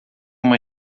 uma